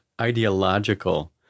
ideological